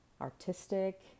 artistic